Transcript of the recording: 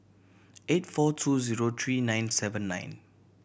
eight four two zero three nine seven nine